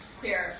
queer